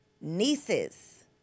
Nieces